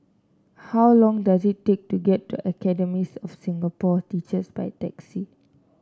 how long does it take to get to Academy of Singapore Teachers by taxi